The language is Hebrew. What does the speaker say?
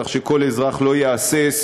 כך שכל אזרח לא יהסס,